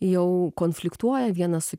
jau konfliktuoja vienas su